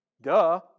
Duh